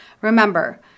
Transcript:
Remember